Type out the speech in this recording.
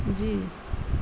جی